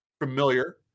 familiar